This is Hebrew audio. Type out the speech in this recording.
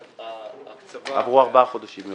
ההקצבה --- עברו חמישה חודשים.